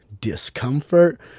discomfort